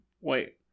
wait